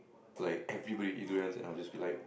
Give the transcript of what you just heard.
like everybody eat durians and I will just be like